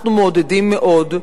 אנחנו מעודדים מאוד,